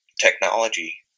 technology